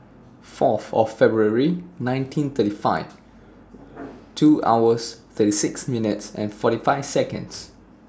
Fourth of February nineteen thirty five two hours thirty six minutes and forty five Seconds